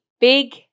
big